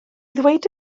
ddweud